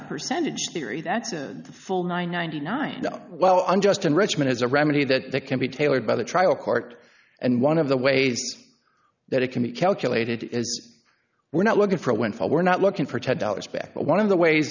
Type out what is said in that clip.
percentage theory that's a full ninety nine dollars well i'm just in richmond as a remedy that that can be tailored by the trial court and one of the ways that it can be calculated is we're not looking for a windfall we're not looking for ten dollars back but one of the ways